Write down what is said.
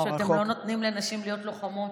אתם לא נותנים לנשים להיות לוחמות,